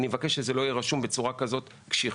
אני מבקש שזה לא יהיה רשום בצורה כזאת קשיחה,